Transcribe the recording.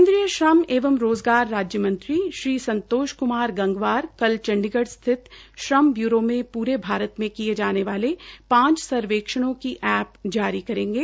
केन्द्रीय श्रम एवं रोज़गार राज्य मंत्री श्री संतोष कमार गंगवार कल चंडीगढ़ स्थित श्रम ब्यूरो में पूरे भारत में किये जाने वाले पांच सर्वेक्षणों की एप्प जारी करेगे